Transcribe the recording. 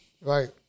Right